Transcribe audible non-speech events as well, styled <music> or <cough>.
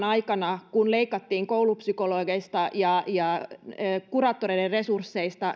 <unintelligible> aikana leikattiin koulupsykologien ja kuraattoreiden resursseista